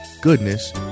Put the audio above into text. goodness